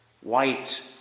white